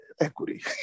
equity